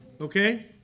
Okay